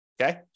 okay